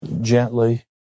gently